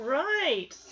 right